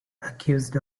accused